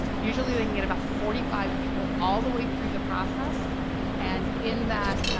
usually they can get about forty five people all the way through the process and in that